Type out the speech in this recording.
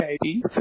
baby